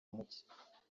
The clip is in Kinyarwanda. muke